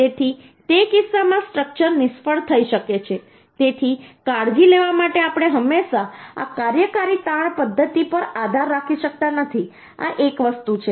તેથી તે કિસ્સામાં સ્ટ્રક્ચર નિષ્ફળ થઈ શકે છે તેથી કાળજી લેવા માટે આપણે હંમેશા આ કાર્યકારી તાણ પદ્ધતિ પર આધાર રાખી શકતા નથી આ એક વસ્તુ છે